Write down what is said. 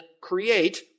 create